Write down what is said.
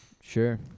Sure